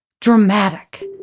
dramatic